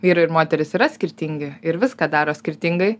vyrai ir moterys yra skirtingi ir viską daro skirtingai